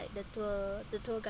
the tour the tour guide